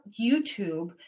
YouTube